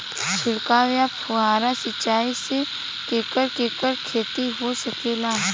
छिड़काव या फुहारा सिंचाई से केकर केकर खेती हो सकेला?